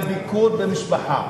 לביקור במשפחה.